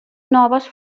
noves